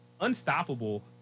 unstoppable